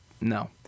no